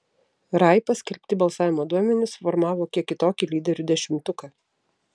rai paskelbti balsavimo duomenys suformavo kiek kitokį lyderių dešimtuką